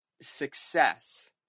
success